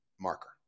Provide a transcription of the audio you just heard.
marker